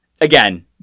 Again